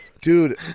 dude